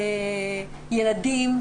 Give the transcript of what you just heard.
ילדים,